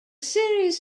series